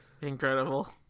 Incredible